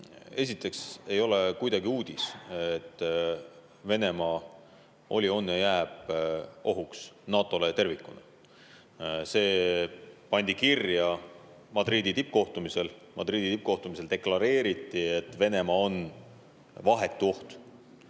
Esiteks, ei ole kuidagi uudis, et Venemaa oli, on ja jääb ohuks NATO‑le tervikuna. See pandi kirja Madridi tippkohtumisel. Madridi tippkohtumisel deklareeriti, et Venemaa on vahetu oht.